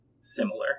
similar